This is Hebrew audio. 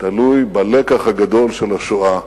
תלויים בלקח הגדול של השואה,